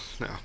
no